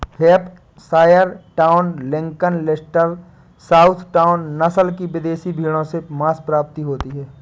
Hampshire town, Lincoln, Leicester, south town, नस्ल की विदेशी भेंड़ों से माँस प्राप्ति होती है